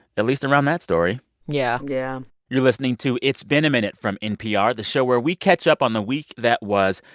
at least around that story yeah yeah you're listening to it's been a minute from npr, the show where we catch up on the week that was.